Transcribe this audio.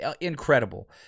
Incredible